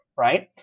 Right